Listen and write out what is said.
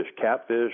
catfish